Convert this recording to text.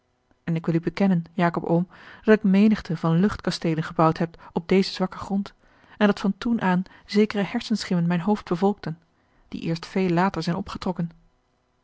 en ik wil u bekennen jacob oom dat ik menigte van luchtkasteelen gebouwd heb op dezen zwakken grond en dat van toen aan zekere hersenschimmen mijn hoofd bevolkten die eerst veel later zijn opgetrokken